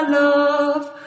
love